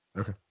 Okay